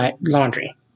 laundry